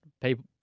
People